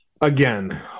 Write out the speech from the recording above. again